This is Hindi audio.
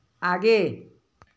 आगे